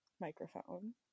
microphone